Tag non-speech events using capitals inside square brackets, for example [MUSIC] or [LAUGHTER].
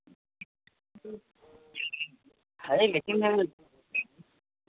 है लेकिन [UNINTELLIGIBLE]